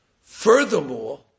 Furthermore